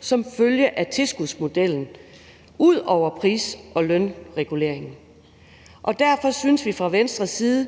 som følge af tilskudsmodellen ud over pris- og lønreguleringen. Derfor synes vi fra Venstres side,